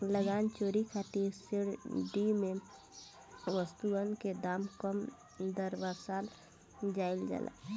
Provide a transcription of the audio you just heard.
लगान चोरी खातिर सेल डीड में वस्तुअन के दाम कम दरसावल जाइल जाला